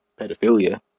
pedophilia